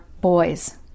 boys